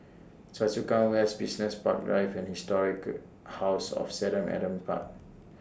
Choa Chu Kang West Business Park Drive and Historic House of seven Adam Park